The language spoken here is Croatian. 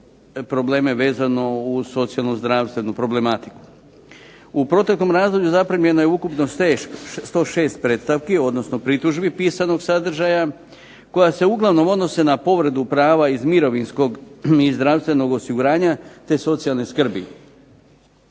probleme vezano uz socijalno-zdravstvenu problematiku. U proteklom razdoblju zaprimljeno je ukupno 106 predstavki, odnosno pritužbi pisanog sadržaja koja se uglavnom odnose na povredu prava iz mirovinskog i zdravstvenog osiguranja, te socijalne skrbi.